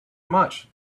much